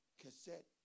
cassette